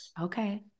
Okay